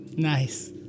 Nice